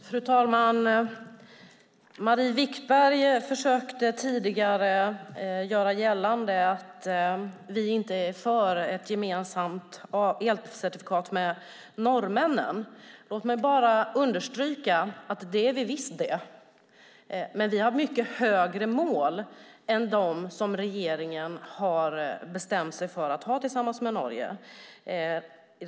Fru talman! Marie Wickberg försökte tidigare göra gällande att vi inte är för ett gemensamt elcertifikatssystem med norrmännen. Låt mig bara understryka att det är vi visst. Men vi har mycket högre mål än de som regeringen har bestämt sig för att ha tillsammans med Norge.